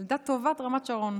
ילדה טובה רמת השרון,